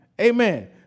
Amen